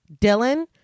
Dylan